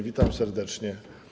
Witam serdecznie!